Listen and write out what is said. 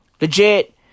Legit